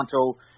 Toronto